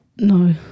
No